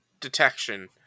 detection